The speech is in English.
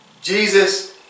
Jesus